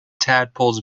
tadpoles